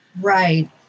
right